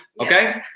okay